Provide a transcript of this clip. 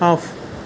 off